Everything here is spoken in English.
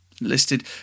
listed